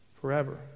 forever